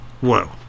whoa